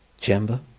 chamber